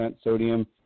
sodium